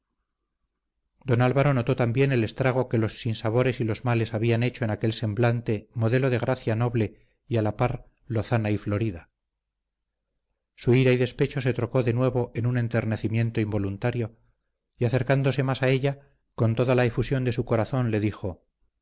don álvaro notó también el estrago que los sinsabores y los males habían hecho en aquel semblante modelo de gracia noble y a la par lozana y florida su ira y despecho se trocó de nuevo en un enternecimiento involuntario y acercándose más a ella con toda la efusión de su corazón le dijo